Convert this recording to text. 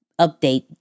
update